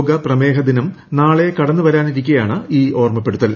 ലോക പ്രമേഹ ദിനം നാളെ കടന്നു വരാനിരിക്കെയാണ് ഈ ഓർമപ്പെടുത്തൽ